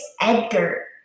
Edgar